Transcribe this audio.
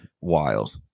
Wild